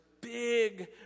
big